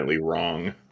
wrong